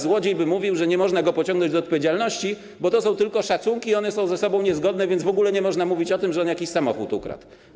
Złodziej by mówił, że nie można go pociągnąć do odpowiedzialności, bo to są tylko szacunki, one są ze sobą niezgodne, więc w ogóle nie można mówić o tym, że on jakiś samochód ukradł.